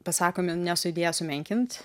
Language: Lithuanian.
pasakomi ne su idėja sumenkint